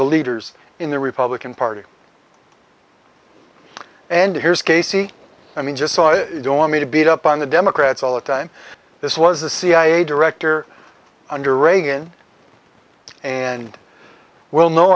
the leaders in the republican party and here's casey i mean just don't want me to beat up on the democrats all the time this was a cia director under reagan and will know